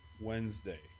Wednesday